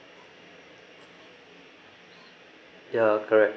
ya correct